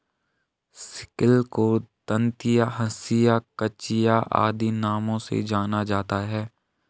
sickle को दँतिया, हँसिया, कचिया आदि नामों से जाना जाता है